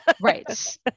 Right